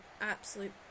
absolute